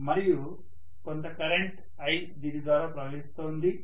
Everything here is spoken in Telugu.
మరియు కొంత కరెంట్ I దీని ద్వారా ప్రవహిస్తోంది